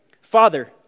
Father